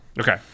Okay